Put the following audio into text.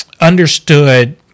understood